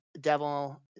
devil